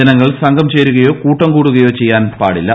ജനങ്ങൾ സംഘം ചേരുകയോ കൂട്ടംകൂടുകയോ ചെയ്യാൻ പാടില്ല